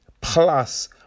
Plus